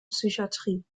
psychiatrie